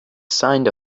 signed